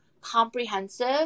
comprehensive